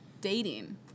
dating